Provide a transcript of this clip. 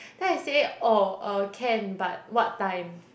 then I say oh uh can but what time